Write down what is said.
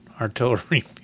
artillery